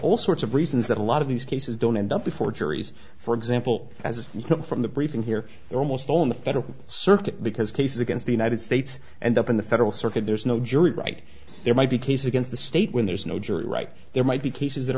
all sorts of reasons that a lot of these cases don't end up before juries for example as you come from the briefing here they're almost all in the federal circuit because cases against the united states and up in the federal circuit there's no jury right there might be case against the state when there's no jury right there might be cases that